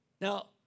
Now